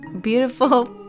beautiful